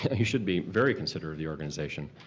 and you should be very considerate of the organization.